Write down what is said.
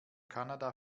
kanada